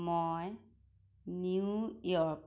মই নিউইয়র্ক